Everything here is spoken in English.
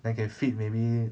then can feed maybe